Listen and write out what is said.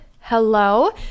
Hello